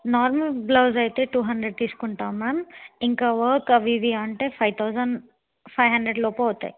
normal blouse అయితే two hundred తీసుకుంటాం ma'am ఇంకా వర్క్ అవి ఇవి అంటే ఫైవ్ తౌజండ్ ఫైవ్ హండ్రెడ్ లోపు అవుతాయి